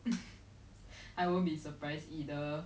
!wah! I go and stalk this girl and go and raped her